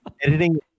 editing